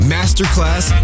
Masterclass